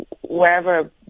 wherever